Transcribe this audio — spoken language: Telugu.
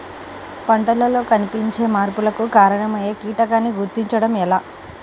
పంటలలో కనిపించే మార్పులకు కారణమయ్యే కీటకాన్ని గుర్తుంచటం ఎలా?